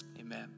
amen